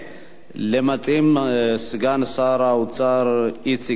למציעים, סגן שר האוצר איציק וקנין.